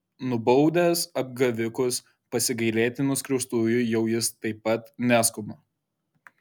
nubaudęs apgavikus pasigailėti nuskriaustųjų jau jis taip pat neskuba